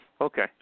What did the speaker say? Okay